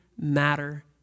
matter